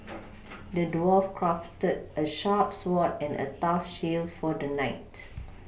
the dwarf crafted a sharp sword and a tough shield for the knight